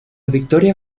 victoria